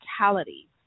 mortality